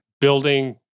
building